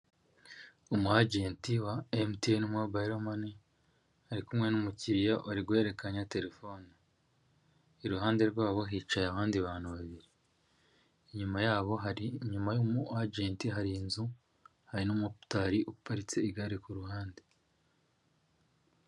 Umuagenti wa emutiyene mobilu mane ari kumwe n'umukiriya, uri guhererekanya telefone. Iruhande rwabo hicaye abandi bantu babiri, inyuma yabo hari inyuma agenti hari inzu hari n'motari uparitse igare ku ruhande.